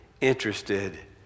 interested